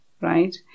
right